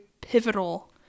pivotal